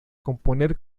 componer